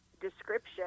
description